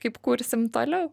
kaip kursim toliau